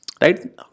right